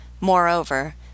Moreover